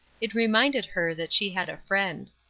it reminded her that she had a friend.